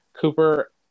Cooper